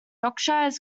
yorkshire